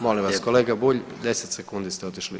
Molim vas kolega Bulj 10 sekundi ste otišli.